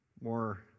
more